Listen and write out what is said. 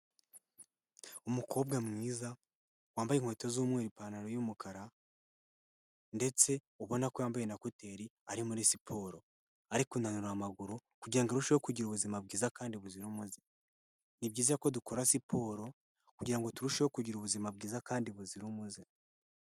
Umukobwa mwiza wambaye inkweto z'umweru ipantaro y'umukara, ndetse ubona ko yambaye na kuteri ari muri siporo, ari kunanura amaguru kugirango arusheho kugira ubuzima bwiza kandi buzira umuze. Ni byiza ko dukora siporo kugira ngo turusheho kugira ubuzima bwiza kandi buzira umuze.